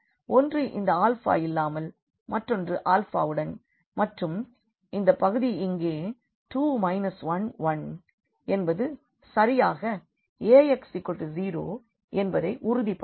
ஒன்று இந்த ஆல்ஃபா இல்லாமல் மற்றொன்று ஆல்ஃபாவுடன் மற்றும் இந்த பகுதி இங்கே 2 1 1 என்பது சரியாக Ax0என்பதை உறுதிப்படுத்தும்